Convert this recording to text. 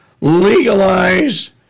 Legalize